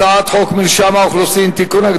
הצעת חוק מרשם האוכלוסין (תיקון,